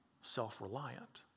self-reliant